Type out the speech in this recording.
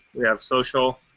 we have social,